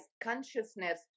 consciousness